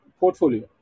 portfolio